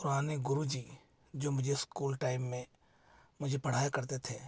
पुराने गुरुजी जो मुझे स्कूल टाइम में मुझे पढ़ाया करते थे